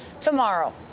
tomorrow